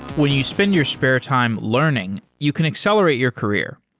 when you spend your spare time learning, you can accelerate your career.